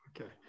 okay